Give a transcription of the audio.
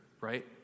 right